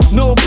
no